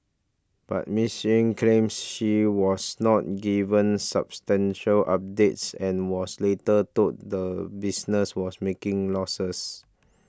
but Miss Yen claims she was not given substantial updates and was later told the business was making losses